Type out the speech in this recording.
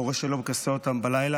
הורה שלא מכסה אותם בלילה,